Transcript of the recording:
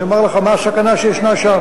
אני אומר לך מה הסכנה שיש שם.